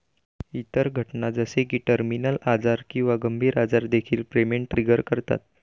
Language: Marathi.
इतर घटना जसे की टर्मिनल आजार किंवा गंभीर आजार देखील पेमेंट ट्रिगर करतात